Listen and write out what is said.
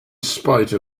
spite